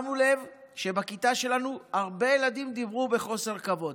שמנו לב שבכיתה שלנו הרבה ילדים דיברו בחוסר כבוד.